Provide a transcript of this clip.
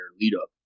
lead-up